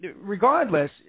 regardless –